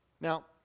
Now